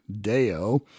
Deo